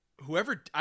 Whoever